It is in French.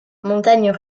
montagnes